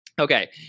Okay